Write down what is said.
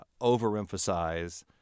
overemphasize